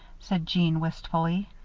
said jeanne, wistfully.